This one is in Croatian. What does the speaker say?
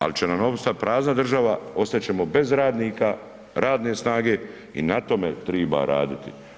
Ali će nam ostati prazna država, ostat ćemo bez radnika, radne snage i na tome treba raditi.